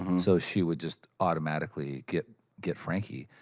um so she would just automatically get get frankie.